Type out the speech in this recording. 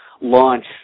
launch